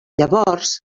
llavors